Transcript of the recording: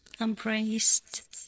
embraced